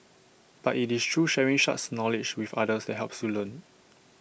but IT is through sharing such knowledge with others that helps you learn